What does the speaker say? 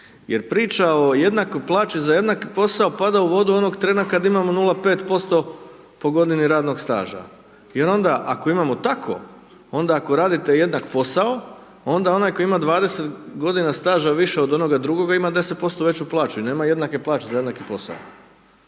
jer priča o jednakoj plaći za jednaki posao pada u vodu onog trena kad imamo 0,5% po godini radnog staža i onda ako imamo tako, onda ako radite jednak posao, onda onaj koji ima 20 godina staža više od onoga drugoga, ima 10% veću plaću i nema jednake plaće za jednaki posao.